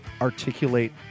articulate